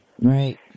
Right